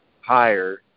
higher